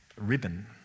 ribbon